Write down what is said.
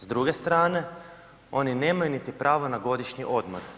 S druge strane, oni nemaju niti prava na godišnji odmor.